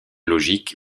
logique